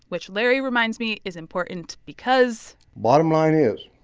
which larry reminds me is important because. bottom line is,